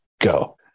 Go